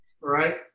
Right